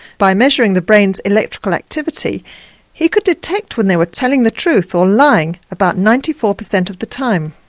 by measuring the brain's electrical activity he could detect when they were telling the truth or lying about ninety four percent of the time.